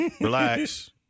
relax